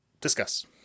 Discuss